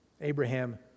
Abraham